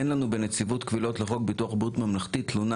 אין לנו בנציבות קבילות לחוק ביטוח בריאות ממלכתי תלונה